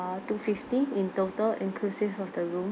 err two fifty in total inclusive of the room